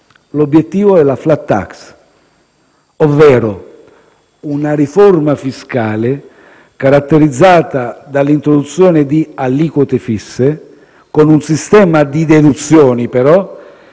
L'obiettivo è la *flat tax*, ovvero una riforma fiscale caratterizzata dall'introduzione di aliquote fisse, con un sistema di deduzioni che